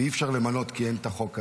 רב, ואי-אפשר למנות, כי אין את החוק הזה,